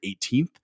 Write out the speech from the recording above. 18th